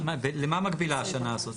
למה מגבילה השנה הזאת?